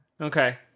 okay